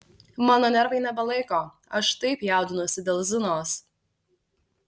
mano nervai nebelaiko aš taip jaudinuosi dėl zinos